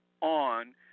on